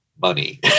money